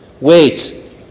Wait